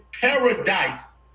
paradise